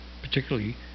particularly